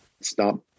stop